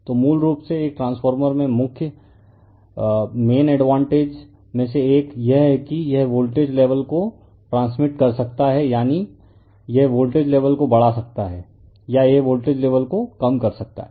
तो मूल रूप से एक ट्रांसफार्मर में मैंन एडवांटेज में से एक यह है कि यह वोल्टेज लेवल को ट्रांसमिट कर सकता है यानी यह वोल्टेज लेवल को बढ़ा सकता है या यह वोल्टेज लेवल को कम कर सकता है